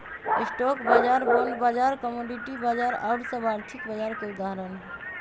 stock बाजार, bond बाजार, commodity बाजार आउर सभ आर्थिक बाजार के उदाहरण हइ